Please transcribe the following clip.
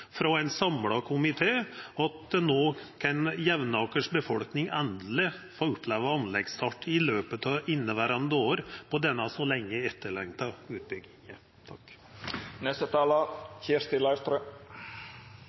frå ein samla komité. No kan Jevnakers befolkning endeleg få oppleva anleggsstart – i løpet av inneverande år – for denne så lenge etterlengta utbygginga.